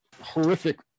horrific